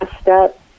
step